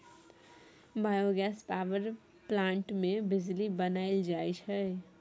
biogas power plant मे बिजली बनाएल जाई छै